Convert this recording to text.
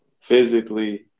physically